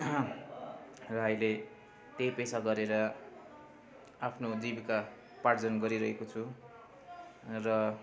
र अहिले त्यही पेसा गरेर आफ्नो जीविकोपार्जन गरिरहेको छु र